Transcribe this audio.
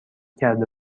کرده